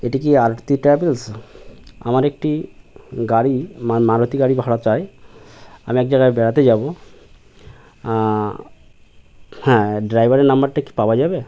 এটি কি আরতি ট্রাভেলস আমার একটি গাড়ি মানে মারুতি গাড়ি ভাড়া চাই আমি এক জায়গায় বেড়াতে যাব হ্যাঁ ড্রাইভারের নম্বরটা কি পাওয়া যাবে